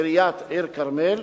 עיריית עיר-הכרמל,